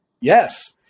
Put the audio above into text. yes